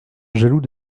jaloux